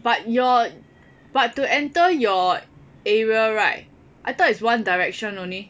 but your but to enter your area right I thought is one direction only